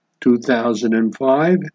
2005